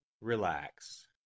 Relax